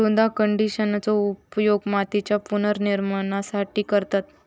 मृदा कंडिशनरचो उपयोग मातीच्या पुनर्निर्माणासाठी करतत